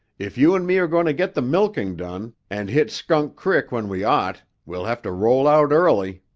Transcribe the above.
if you and me are going to get the milking done and hit skunk crick when we ought, we'll have to roll out early.